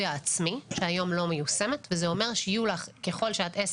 העצמי שהיום לא מיושמת וזה אומר שככל שאת עסק,